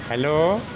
hello